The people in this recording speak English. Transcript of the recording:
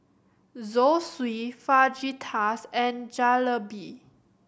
Zosui Fajitas and Jalebi